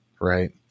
right